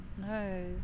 no